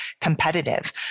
competitive